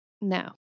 No